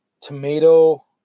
tomato